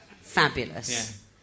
fabulous